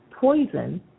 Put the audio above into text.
poison